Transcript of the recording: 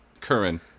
Curran